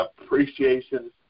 appreciation